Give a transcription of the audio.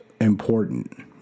important